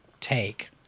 take